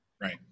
Right